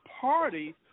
Party